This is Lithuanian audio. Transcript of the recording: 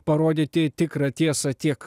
parodyti tikrą tiesą tiek